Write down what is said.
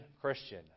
Christian